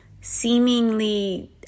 Seemingly